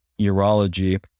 urology